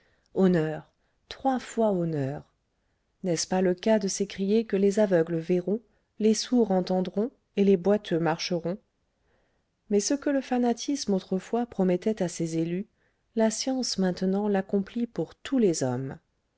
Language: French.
honneur trois fois honneur n'est-ce pas le cas de s'écrier que les aveugles verront les sourds entendront et les boiteux marcheront mais ce que le fanatisme autrefois promettait à ses élus la science maintenant l'accomplit pour tous les hommes